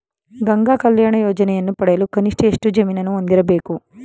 ಗಂಗಾ ಕಲ್ಯಾಣ ಯೋಜನೆಯನ್ನು ಪಡೆಯಲು ಕನಿಷ್ಠ ಎಷ್ಟು ಜಮೀನನ್ನು ಹೊಂದಿರಬೇಕು?